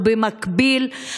במקביל,